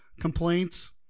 complaints